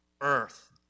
earth